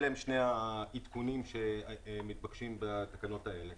אלה הם שני העדכונים שמתבקשים בתקנות האלה.